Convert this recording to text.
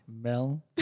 Mel